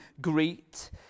greet